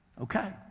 Okay